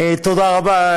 תודה רבה,